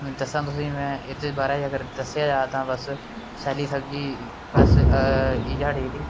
दस्सां तुसें गी में एह्दे बारे च अगर दस्सेआ जा तां बस सैल्ली सब्जी बस इ'यै ठीक ई